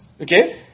Okay